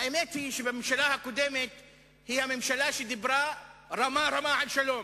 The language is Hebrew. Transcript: האמת היא שהממשלה הקודמת היא הממשלה שדיברה רמה-רמה על שלום.